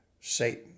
Satan